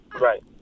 Right